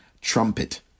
trumpet